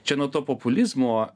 čia nuo to populizmo